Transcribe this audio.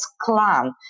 clan